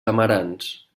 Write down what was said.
amarants